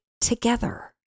together